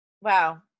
Wow